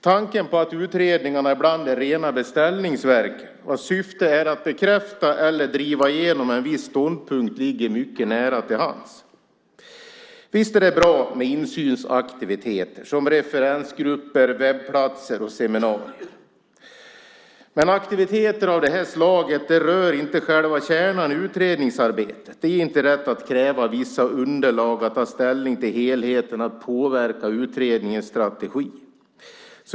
Tanken att utredningarna ibland är rena beställningsverk vars syfte är att bekräfta eller driva igenom en viss ståndpunkt ligger mycket nära till hands. Visst är det bra med insynsaktiviteter, som referensgrupper, webbplatser och seminarier. Men aktiviteter av det här slaget rör inte själva kärnan i utredningsarbetet. Det ger inte rätt att kräva vissa underlag för att ta ställning till helhet eller att påverka utredningens strategi.